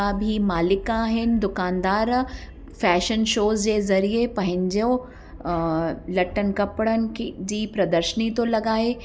बि मालिक आहिनि दुकानदार फैशन शो जे ज़रिए पंहिंजो लटनि कपिड़नि की जी प्रदर्शनी थो लॻाए